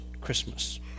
Christmas